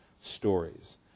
stories